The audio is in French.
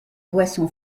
boisson